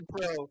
Pro